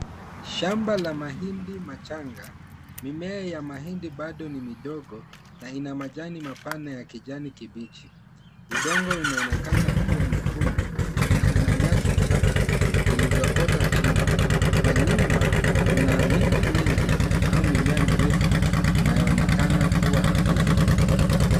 Shamba la mahindi machanga. Mimea ya mahindi bado ni midogo na ina majani mapana ya kijani kibichi. Udongo unaonekana kuwa mwekundu na kuna nyasi chache zilizoota chini. Kwa nyuma kuna miti mingi au mimea mirefu inayoonekana kuwa hafifu.